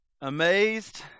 amazed